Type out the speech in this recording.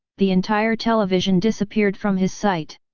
the entire television disappeared from his sight.